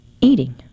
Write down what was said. eating